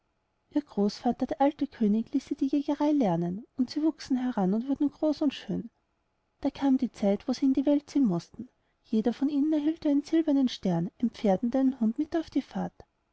ihr großvater der alte könig ließ sie die jägerei lernen und sie wuchsen heran wurden groß und schön da kam die zeit wo sie in die welt ziehen mußten jeder von ihnen erhielt einen silbernen stern ein pferd und einen hund mit auf die fahrt